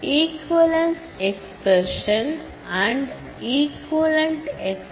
equivalence expression and equivalent expression என சொல்லலாம்